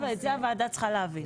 את זה הוועדה צריכה להבין.